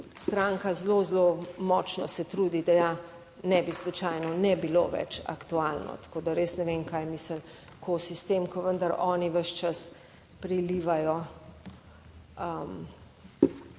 stranka zelo, zelo močno se trudi, da ja ne bi slučajno ne bilo več aktualno. Tako da res ne vem, kaj misli, ko sistem, ko vendar oni ves čas prilivajo olje